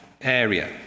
area